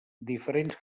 diferents